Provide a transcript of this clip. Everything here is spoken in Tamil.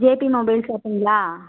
ஜேபி மொபைல் ஷாப்புங்களா